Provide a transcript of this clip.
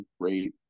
great